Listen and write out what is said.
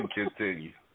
continue